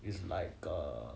it's like a